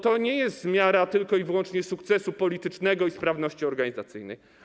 To nie jest miara tylko i wyłącznie sukcesu politycznego i sprawności organizacyjnej.